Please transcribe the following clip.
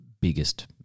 biggest